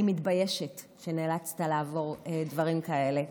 אני מתביישת שנאלצת לעבור דברים כאלה.